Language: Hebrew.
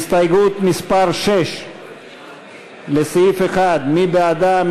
הסתייגות מס' 6 לסעיף 1, מי בעדה?